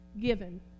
Given